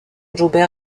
joubert